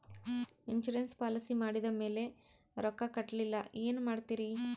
Insurance policy ಮಾಡಿದ ಮೇಲೆ ರೊಕ್ಕ ಕಟ್ಟಲಿಲ್ಲ ಏನು ಮಾಡುತ್ತೇರಿ?